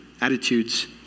attitudes